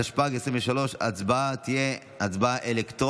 התשפ"ג 2023. ההצבעה תהיה אלקטרונית.